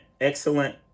excellent